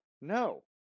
no